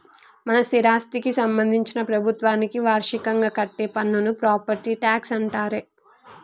మన స్థిరాస్థికి సంబందించిన ప్రభుత్వానికి వార్షికంగా కట్టే పన్నును ప్రాపట్టి ట్యాక్స్ అంటారే